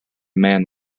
man